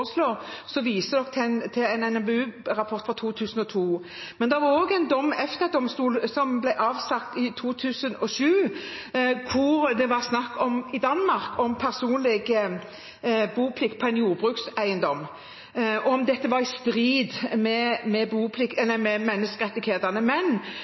til en NMBU-rapport fra 2002. Men det var også en dom fra EU-domstolen som ble avsagt i 2007, hvor det var snakk om personlig boplikt på en jordbrukseiendom i Danmark, om dette var i strid med menneskerettighetene. Men de norske reglene for boplikt